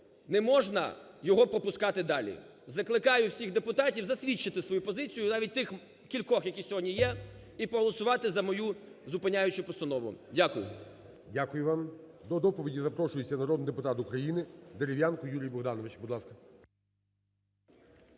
не можна його пропускати далі. Закликаю всіх депутатів засвідчити свою позицію, навіть тих кількох, які сьогодні є, і проголосувати за мою зупиняючу постанову. Дякую. ГОЛОВУЮЧИЙ. Дякую вам. До доповіді запрошується народний депутат України Дерев'янко Юрій Богданович.